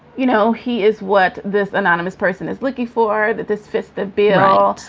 you know, he is what this anonymous person is looking for, that this fits the bill.